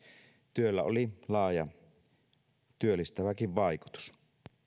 työllä oli laaja työllistäväkin vaikutus